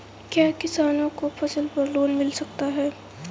क्या किसानों को फसल पर लोन मिल सकता है?